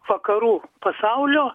vakarų pasaulio